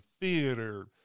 theater